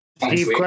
Steve